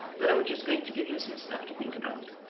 but i'm just going to give you some stuff to think about!